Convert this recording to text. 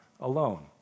alone